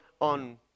on